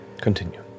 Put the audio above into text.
Continue